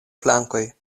flankoj